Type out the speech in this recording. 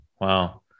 Wow